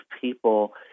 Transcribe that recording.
people